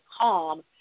calm